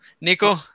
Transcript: Nico